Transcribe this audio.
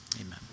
Amen